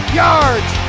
yards